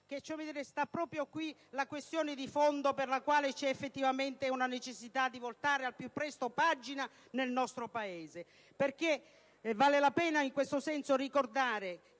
che stia proprio qui la questione di fondo per cui c'è effettivamente la necessità di voltare al più presto pagina, nel nostro Paese. Vale la pena, in questo senso, ricordare